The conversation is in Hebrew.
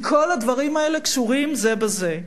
כי כל הדברים האלה קשורים זה בזה.